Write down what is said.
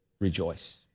rejoice